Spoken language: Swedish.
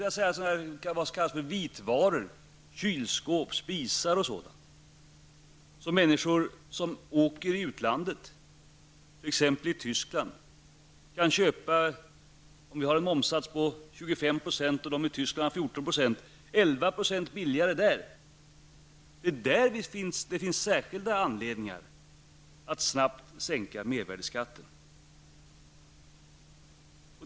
Jag tänker då särskilt på vitvaror -- kylskåp, spisar osv. -- som människor som åker till utlandet, t.ex. till Tyskland, kan köpa där. Med en moms här om 25 % och en moms om 14 % i Tyskland blir det alltså 11 % billigare. Det är mot den bakgrunden som det finns särskild anledning att snabbt sänka mervärdeskatten.